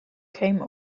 came